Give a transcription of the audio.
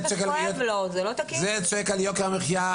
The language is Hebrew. זה צועק על יוקר המחיה,